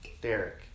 Derek